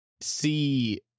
see